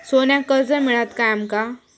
सोन्याक कर्ज मिळात काय आमका?